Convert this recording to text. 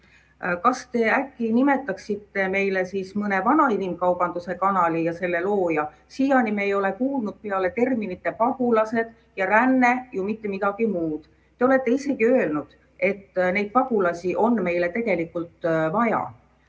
Kas te nimetaksite meile mõne vana inimkaubanduse kanali ja selle looja? Siiani me ei ole kuulnud peale terminite "pagulased" ja "ränne" ju mitte midagi muud. Te olete isegi öelnud, et neid pagulasi on meile tegelikult vaja.